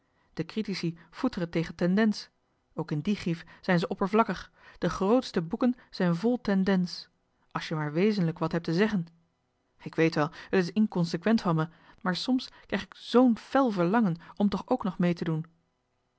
de critici foeteren tegen tendenz ook in die grief zijn ze oppervlakkig de grootste boeken zijn vol tendenz als je maar wezenlijk wat hebt te zeggen ik weet wel het is inkonsekwent van me maar soms krijg ik zoo'n fel verlangen om toch ook nog mee te doen